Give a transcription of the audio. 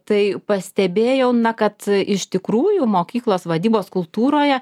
tai pastebėjau na kad iš tikrųjų mokyklos vadybos kultūroje